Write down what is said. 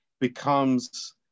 becomes